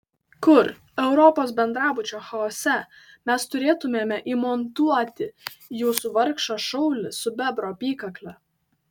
kur europos bendrabučio chaose mes turėtumėme įmontuoti mūsų vargšą šaulį su bebro apykakle